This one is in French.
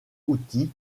outil